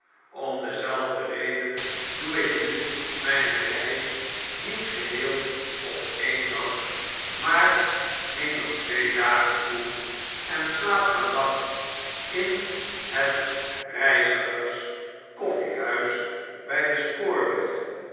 om dezelfde reden'doe ik nu mijne reis niet geheel op en dag maar neem er twee dagen toe en slaap van nacht in het reizigers koffiehuis bij den spoorweg